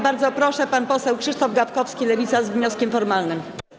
Bardzo proszę, pan poseł Krzysztof Gawkowski, Lewica, z wnioskiem formalnym.